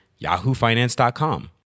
YahooFinance.com